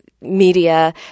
media